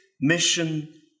mission